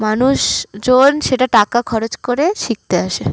মানুষজন সেটা টাকা খরচ করে শিখতে আসে